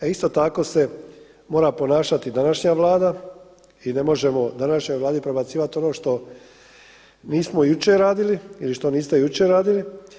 E isto tako se mora ponašati današnja Vlada i ne možemo današnjoj Vladi prebacivati ono što nismo jučer radili ili što niste jučer radili.